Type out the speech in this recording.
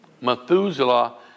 Methuselah